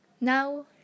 now